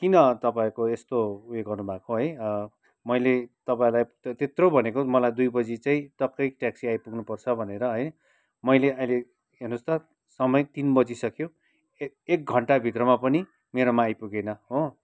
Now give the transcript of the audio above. किन तपाईँहरूको यस्तो उयो गर्नुभएको है मैले तपाईँलाई त्यत्रो भनेको मलाई दुई बजी चाहिँ टक्कै ट्याकसी आइपुग्नु पर्छ भनेर है मैले अहिले हेर्नुहोस् त समय तिन बजी सक्यो एक घन्टाभित्रमा पनि मेरोमा आइपुगेन हो